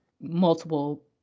multiple